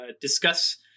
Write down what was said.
discuss